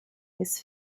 his